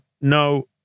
no